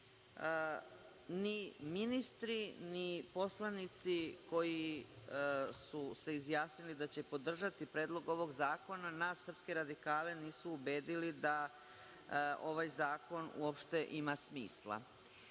ni ministri, ni poslanici koji su se izjasnili da će podržati predlog ovog zakona nas radikale nisu ubedili da ovaj zakon uopšte ima